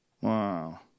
Wow